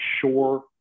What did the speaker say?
sure